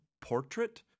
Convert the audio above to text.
portrait